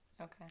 okay